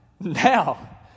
now